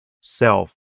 self